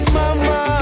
mama